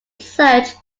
search